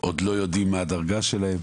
עוד לא יודעים מה הדרגה שלהם